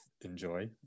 enjoy